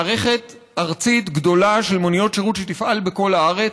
מערכת ארצית גדולה של מוניות שירות שתפעל בכל הארץ.